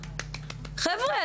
חבר'ה,